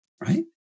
right